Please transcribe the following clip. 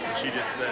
she just said